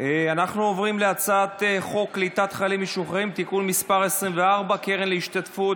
משוחררים (תיקון מס' 24) (קרן להשתתפות